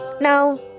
Now